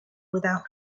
without